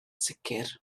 sicr